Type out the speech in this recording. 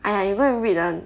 !aiya! you go and read lah